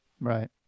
Right